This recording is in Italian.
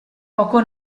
poco